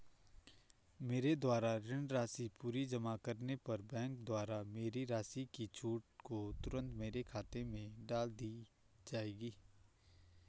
मेरे द्वारा ऋण राशि पूरी जमा करने पर बैंक द्वारा मेरी राशि की छूट को तुरन्त मेरे खाते में डाल दी जायेगी?